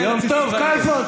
יום טוב כלפון,